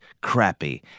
crappy